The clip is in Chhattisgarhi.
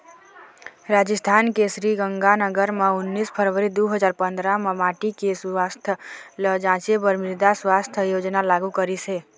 राजिस्थान के श्रीगंगानगर म उन्नीस फरवरी दू हजार पंदरा म माटी के सुवास्थ ल जांचे बर मृदा सुवास्थ योजना लागू करिस हे